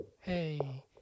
hey